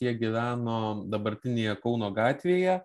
jie gyveno dabartinėje kauno gatvėje